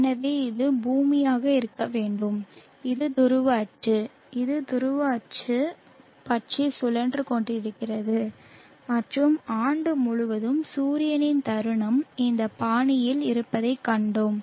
எனவே இது பூமியாக இருக்க வேண்டும் இது துருவ அச்சு இது துருவ அச்சு பற்றி சுழன்று கொண்டிருக்கிறது மற்றும் ஆண்டு முழுவதும் சூரியனின் தருணம் இந்த பாணியில் இருப்பதைக் கண்டோம்